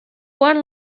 one